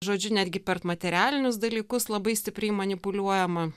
žodžiu netgi per materialinius dalykus labai stipriai manipuliuojama